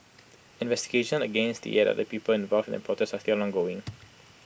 investigations against the eight other people involved in the protest are still ongoing